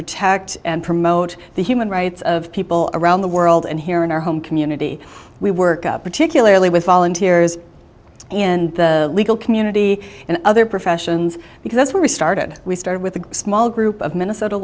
protect and promote the human rights of people around the world and here in our home community we work up particularly with volunteers in the legal community and other professions because when we started we started with a small group of minnesota